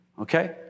Okay